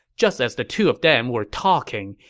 just as the two of them were talking,